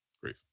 Great